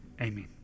amen